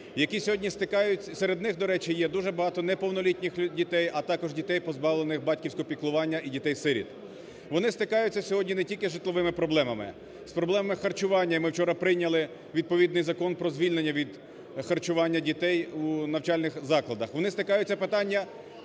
які сьогодні стикаються… серед них, до речі, є дуже багато неповнолітніх дітей, а також дітей, позбавлених батьківського піклування, і дітей-сиріт. Вони стикаються сьогодні не тільки з житловими проблемами, з проблемами харчування, і ми вчора прийняли відповідний Закон про звільнення від… харчування дітей у навчальних закладах. Вони стикаються з питанням